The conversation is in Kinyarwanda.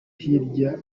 hirya